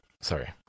sorry